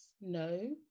no